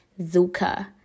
Zuka